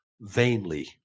vainly